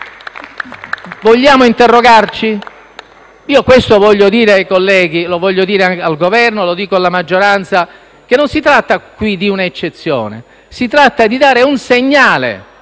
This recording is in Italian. Vogliamo interrogarci? Io voglio dire ai colleghi, e lo voglio dire anche al Governo e alla maggioranza, che qui non si tratta di un'eccezione, ma si tratta di dare un segnale